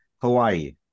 Hawaii